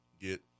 get